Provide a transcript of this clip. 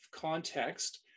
context